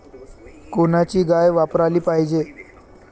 कोनची गाय वापराली पाहिजे?